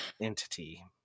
entity